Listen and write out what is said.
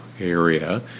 area